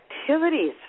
activities